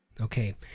okay